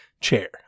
chair